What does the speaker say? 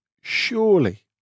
surely